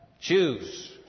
choose